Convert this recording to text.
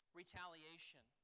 retaliation